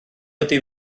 ydy